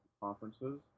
conferences